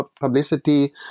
publicity